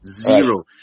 Zero